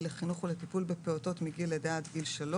לחינוך ולטיפול בפעוטות מגיל לידה עד גיל 3